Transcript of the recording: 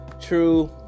true